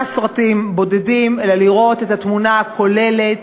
סרטים בודדים אלא לראות את התמונה הכוללת,